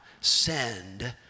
send